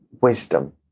Wisdom